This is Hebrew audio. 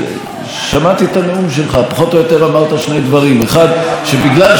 שבגלל שאתם אופוזיציה אתם צריכים להגיד שהממשלה לא בסדר.